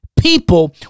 people